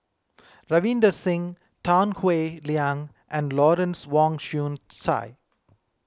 Ravinder Singh Tan Howe Liang and Lawrence Wong Shyun Tsai